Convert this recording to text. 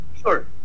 Sure